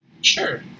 Sure